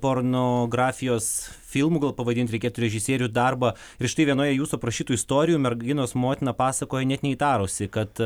pornografijos filmų gal pavadint reikėtų režisierių darbą ir štai vienoje jūsų aprašytų istorijų merginos motina pasakojo net neįtarusi kad